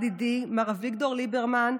ידידי מר אביגדור ליברמן,